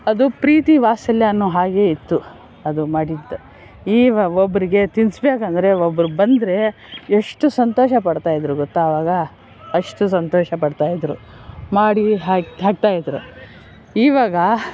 ಅದು ಪ್ರೀತಿ ವಾತ್ಸಲ್ಯ ಅನ್ನೋ ಹಾಗೆ ಇತ್ತು ಅದು ಮಾಡಿದ್ದು ಈಗ ಒಬ್ಬರಿಗೆ ತಿನ್ನಿಸ್ಬೇಕಂದ್ರೆ ಒಬ್ಬರು ಬಂದರೆ ಎಷ್ಟು ಸಂತೋಷ ಪಡ್ತಾಯಿದ್ದರು ಗೊತ್ತಾ ಆವಾಗ ಅಷ್ಟು ಸಂತೋಷ ಪಡ್ತಾಯಿದ್ದರು ಮಾಡಿ ಹಾಕಿ ಹಾಕ್ತಾಯಿದ್ದರು ಇವಾಗ